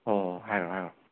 ꯍꯣꯏ ꯍꯣꯏ ꯍꯥꯏꯒ꯭ꯔꯣ ꯍꯥꯏꯒ꯭ꯔꯣ